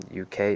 uk